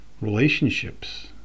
relationships